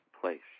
place